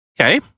Okay